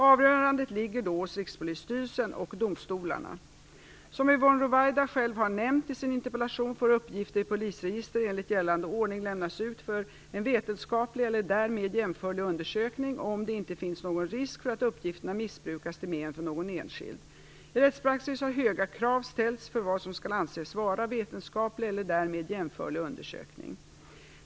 Avgörandet ligger då hos Som Yvonne Ruwaida själv har nämnt i sin interpellation får uppgifter i polisregister enligt gällande ordning lämnas ut för en vetenskaplig eller därmed jämförlig undersökning om det inte finns någon risk för att uppgifterna missbrukas till men för någon enskild. I rättspraxis har höga krav ställts för vad som skall anses vara vetenskaplig eller därmed jämförlig undersökning.